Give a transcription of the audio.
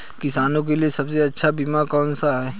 किसानों के लिए सबसे अच्छा बीमा कौन सा है?